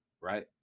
Right